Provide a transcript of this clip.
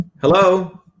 Hello